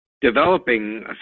developing